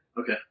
Okay